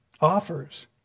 offers